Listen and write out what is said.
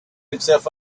himself